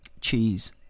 cheese